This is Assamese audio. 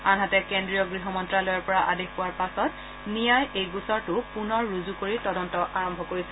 আনহাতে কেন্দ্ৰীয় গৃহ মন্ত্যালয়ৰ পৰা আদেশ পোৱাৰ পাছত নিয়াই এই গোচৰটো পুনৰ ৰুজু কৰি তদন্ত আৰম্ভ কৰিছে